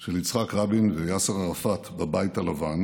של יצחק רבין ויאסר ערפאת בבית הלבן